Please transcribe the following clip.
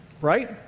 Right